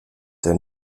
der